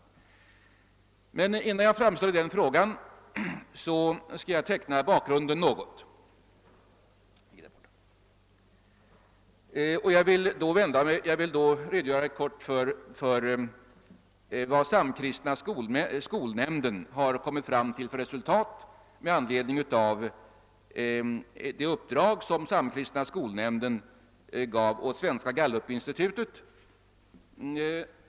Men innan jag framställer frågan vill jag något teckna bakgrunden till den. Jag vill då helt kort redogöra för de resultat som Samkristna skolnämnden har kommit fram till med anledning av det uppdrag som den gav åt Svenska gallupinstitutet.